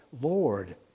Lord